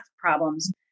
problems